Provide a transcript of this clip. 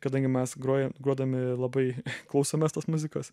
kadangi mes grojame grodami labai klausomės tos muzikos